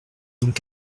donc